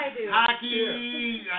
hockey